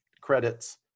Credits